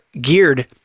geared